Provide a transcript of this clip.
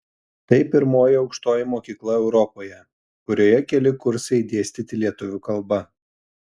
tai pirmoji aukštoji mokykla europoje kurioje keli kursai dėstyti lietuvių kalba